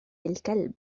الكلب